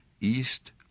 East